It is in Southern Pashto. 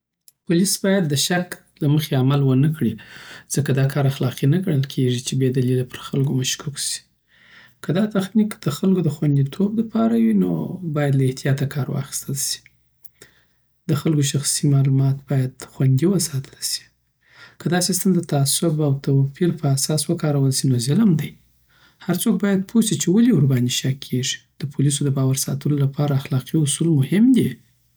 پوليس باید د شک له مخی عمل ونه کړی ځکه دا کار اخلاقي نه ګڼل کېږي چی بې دلیله پر خلکو مشکوک سی که دا تخنیک د خلکو د خوندیتوب لپاره وي، نو باید له احتیاطه کار واخیستل شي. د خلکو شخصي معلومات باید خوندي وساتل شي. که دا سیستم د تعصب او توپیر پر اساس وکارول سی نو ظلم دی. هر څوک باید پوه شي چې ولې ورباندې شک کېږي. د پولیسو د باور ساتلو لپاره اخلاقي اصول مهم دي.